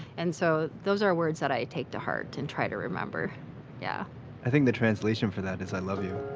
and so those are words that i take to heart and try to remember yeah i think the translation for that is i love you